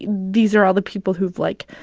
these are all the people who've, like,